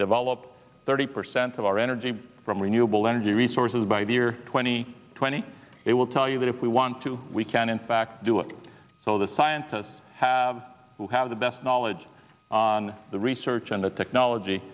develop thirty percent of our energy from renewable energy resources by the year twenty twenty it will tell you that if we want to we can in fact do it so the scientists have to have the best knowledge on the research and the technology